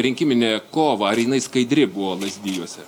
rinkiminę kovą ar jinai skaidri buvo lazdijuose